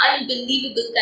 unbelievable